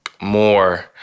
more